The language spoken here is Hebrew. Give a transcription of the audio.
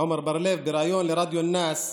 ברדיו א-נאס,